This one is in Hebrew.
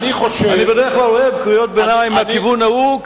אני בדרך כלל אוהב קריאות ביניים מהכיוון ההוא,